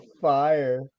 fire